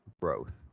growth